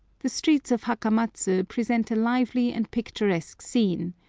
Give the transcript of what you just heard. the streets of hakamatsu present a lively and picturesque scene,